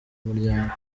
muryango